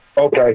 Okay